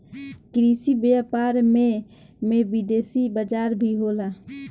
कृषि व्यापार में में विदेशी बाजार भी होला